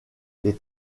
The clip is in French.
les